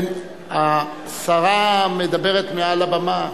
השרה מדברת מעל הבמה.